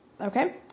okay